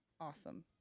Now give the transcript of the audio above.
Awesome